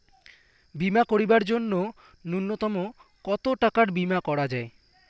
বীমা করিবার জন্য নূন্যতম কতো টাকার বীমা করা যায়?